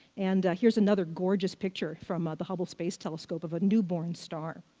and here's another gorgeous picture from ah the hubble space telescope of a newborn star.